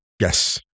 Yes